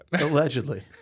Allegedly